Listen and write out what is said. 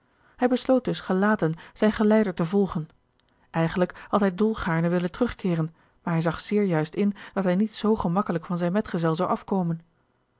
hij besloot dus gelaten zijn geleider te volgen eigenlijk had hij dol gaarne willen terugkeeren maar hij zag zeer juist in dat hij niet zoo gemakkelijk van zijn medgezel zou afkomen